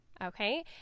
okay